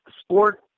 sport